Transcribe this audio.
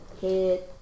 Head